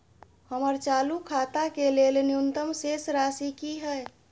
हमर चालू खाता के लेल न्यूनतम शेष राशि की हय?